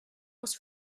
muss